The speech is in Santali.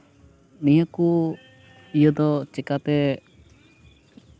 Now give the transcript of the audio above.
ᱱᱤᱭᱟᱹ ᱠᱚ ᱤᱭᱟᱹ ᱫᱚ ᱪᱤᱠᱟᱹᱛᱮ